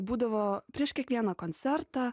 būdavo prieš kiekvieną koncertą